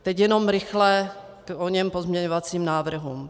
Teď jenom rychle k oněm pozměňovacím návrhům.